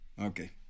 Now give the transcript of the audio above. Okay